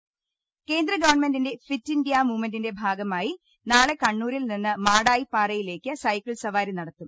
ട കേന്ദ്ര ഗവൺമെന്റിന്റെ ഫിറ്റ് ഇന്ത്യ മൂവ് മെൻറിന്റെ ഭാഗമായി നാളെ കണ്ണൂരിൽ നിന്ന് മാടായി പാറയിലേക്ക് സൈക്കിൾ റൈഡ് നടത്തും